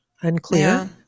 unclear